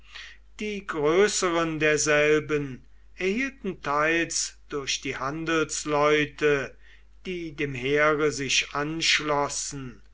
die größeren derselben erhielten teils durch die handelsleute die dem heere sich anschlossen